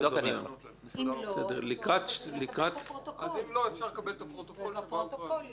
לא, אפשר לקבל את הפרוטוקול,